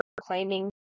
claiming